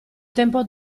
tempo